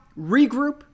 regroup